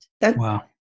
Wow